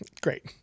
great